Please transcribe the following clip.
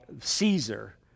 Caesar